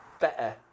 better